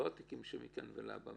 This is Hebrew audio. לא על תיקים מכאן ולהבא.